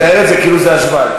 הוא מתאר את זה כאילו זה היה שווייץ.